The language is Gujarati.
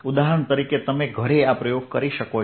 ઉદાહરણ તરીકે તમે ઘરે આ પ્રયોગ કરી શકો છો